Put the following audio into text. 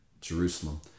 Jerusalem